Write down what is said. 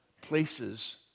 places